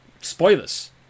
spoilers